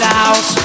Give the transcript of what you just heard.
out